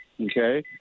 okay